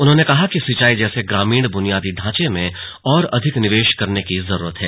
उन्होंने कहा कि सिंचाई जैसे ग्रामीण बुनियादी ढांचे में और अधिक निवेश करने की जरूरत है